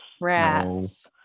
Rats